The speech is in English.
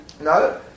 No